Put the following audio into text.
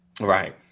right